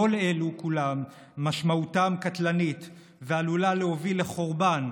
כל אלו כולם משמעותם קטלנית ועלולה להוביל לחורבן,